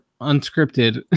unscripted